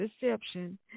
deception